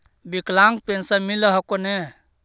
विकलांग पेन्शन मिल हको ने?